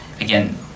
Again